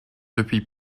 depuis